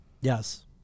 Yes